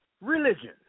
religion